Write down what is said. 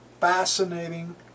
fascinating